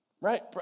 Right